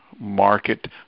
market